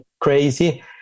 crazy